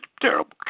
terrible